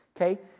Okay